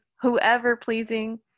whoever-pleasing